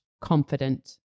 confident